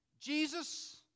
Jesus